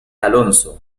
alonso